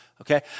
Okay